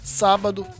sábado